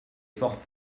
fort